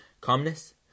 Calmness